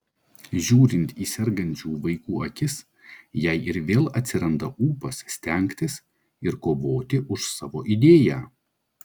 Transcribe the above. žiūrint į sergančių vaikų akis jai ir vėl atsiranda ūpas stengtis ir kovoti už savo idėją